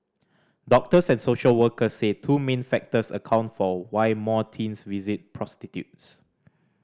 doctors and social workers say two main factors account for why more teens visit prostitutes